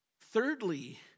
Thirdly